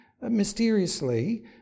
mysteriously